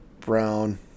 brown